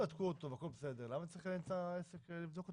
מדבר על העובדים.